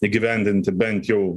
įgyvendinti bent jau